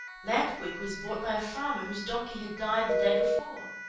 lamp-wick was bought by a farmer whose donkey had died the day before.